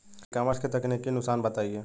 ई commerce के तकनीकी नुकसान बताएं?